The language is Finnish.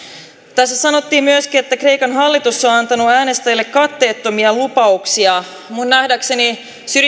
tässä sanottiin myöskin että kreikan hallitus on antanut äänestäjille katteettomia lupauksia minun nähdäkseni